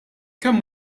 kemm